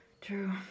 True